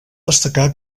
destacar